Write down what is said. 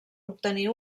obtenir